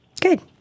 Good